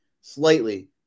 Slightly